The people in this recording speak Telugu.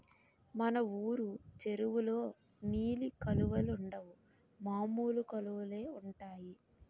మన వూరు చెరువులో నీలి కలువలుండవు మామూలు కలువలే ఉంటాయి